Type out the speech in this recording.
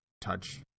touch